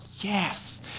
yes